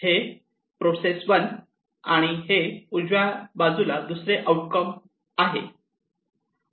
हे प्रोसेस 1 आणि हे उजव्या बाजूला दुसरे आउटकम 1 आहे